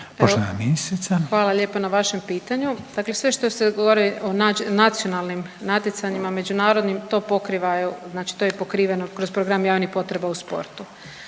Hvala lijepo na vašem pitanju. Dakle, sve što se govori o nacionalnim natjecanjima, međunarodnim to pokriva evo, znači to je pokriveno kroz program javnih potreba u sportu.